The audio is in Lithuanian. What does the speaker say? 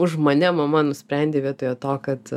už mane mama nusprendė vietoje to kad